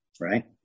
right